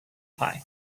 pie